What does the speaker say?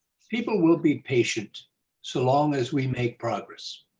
people will be patient so long as we make progress,